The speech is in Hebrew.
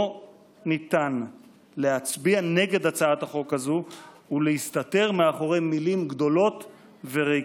לא ניתן להצביע נגד הצעת החוק הזו ולהסתתר מאחורי מילים גדולות וריקות.